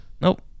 Nope